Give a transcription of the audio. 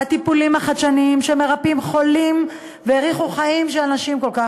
הטיפולים החדשניים שמרפאים חולים ומאריכים חיים של אנשים רבים כל כך,